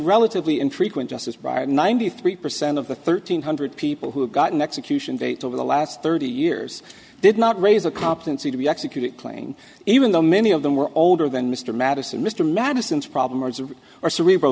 relatively infrequent justice by ninety three percent of the thirteen hundred people who have gotten execution date over the last thirty years did not raise a competency to be executed plain even though many of them were older than mr madison mr madison's problems of our cerebral